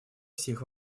всех